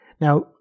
Now